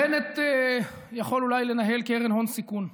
בנט יכול אולי לנהל קרן הון סיכון,